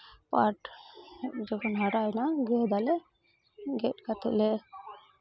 ᱯᱟᱴ ᱡᱚᱠᱷᱚᱱ ᱦᱟᱨᱟᱭᱮᱱᱟ ᱜᱮᱫ ᱟᱞᱮ ᱜᱮᱫ ᱠᱟᱛᱮᱫ ᱞᱮ